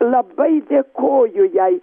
labai dėkoju jai